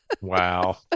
Wow